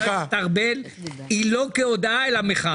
הכנסת ארבל היא לא כהודאה אלא מחאה.